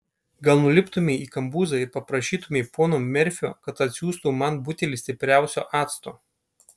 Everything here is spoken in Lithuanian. gal nuliptumei į kambuzą ir paprašytumei pono merfio kad atsiųstų man butelį stipriausio acto